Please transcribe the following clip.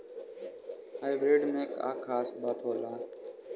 Hybrid में का खास बात होला?